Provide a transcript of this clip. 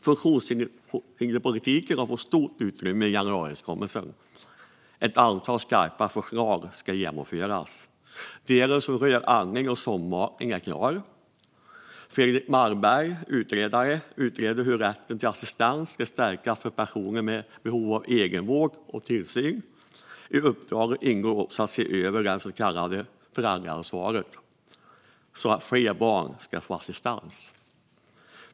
Funktionshinderspolitiken har fått stort utrymme i januariöverenskommelsen. Ett antal skarpa förslag ska genomföras. Delen som rör andning och sondmatning är klar. Fredrik Malmberg utreder hur rätten till assistans ska stärkas för personer med behov av egenvård och tillsyn. I uppdraget ingår också att se över det så kallade föräldraansvaret, så att fler barn ska få assistans.